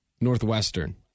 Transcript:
Northwestern